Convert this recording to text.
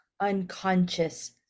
unconscious